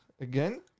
again